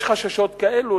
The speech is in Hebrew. יש חששות כאלה,